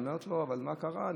היא אומרת לו: אבל מה קרה?